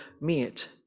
meet